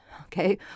Okay